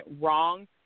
wrong